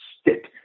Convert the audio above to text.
stick